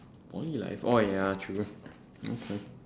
only life oh ya true okay